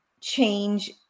change